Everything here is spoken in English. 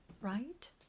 Right